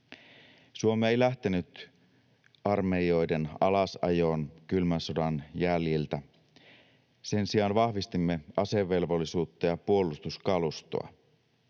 Suomi ei lähtenyt armeijoiden alasajoon kylmän sodan jäljiltä. Sen sijaan vahvistimme asevelvollisuutta ja puolustuskalustoa.